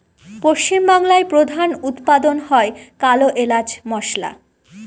পশ্চিম বাংলায় প্রধান উৎপাদন হয় কালো এলাচ মসলা